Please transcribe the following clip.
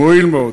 מועיל מאוד.